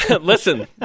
Listen